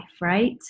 right